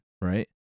right